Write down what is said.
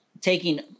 taking